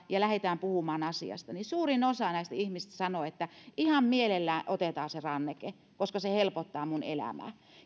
ja lähdetään puhumaan asiasta niin suurin osa näistä ihmisistä sanoo että ihan mielellään otetaan se ranneke koska se helpottaa elämää